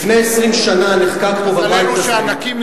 לפני 20 שנה נחקק פה בבית הזה,